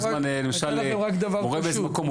למשל מורה באיזה שהוא מקום,